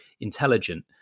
intelligent